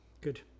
Good